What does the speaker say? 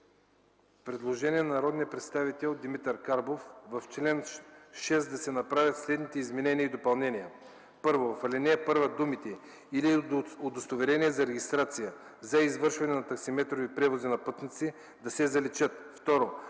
Предложение на народния представител Димитър Карбов: В чл. 6 да се направят следните изменения и допълнения: 1. В ал. 1 думите „или удостоверение за регистрация – за извършване на таксиметрови превози на пътници” да се заличат.